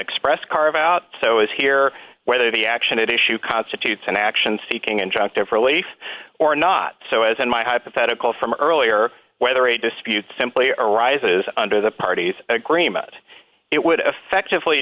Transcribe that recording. express carve out so is here whether the action at issue constitutes an action seeking injunctive relief or not so as in my hypothetical from earlier whether a dispute simply arises under the parties agreement it would effect